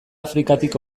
afrikatik